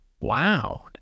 wow